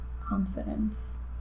confidence